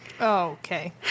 Okay